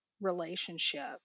relationship